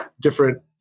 different